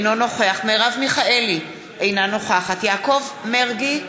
אינו נוכח מרב מיכאלי, אינה נוכחת יעקב מרגי,